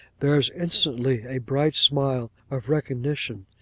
there is instantly a bright smile of recognition,